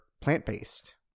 plant-based